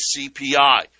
CPI